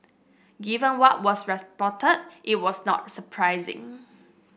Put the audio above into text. given what was reported it was not surprising